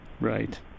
Right